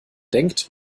denkt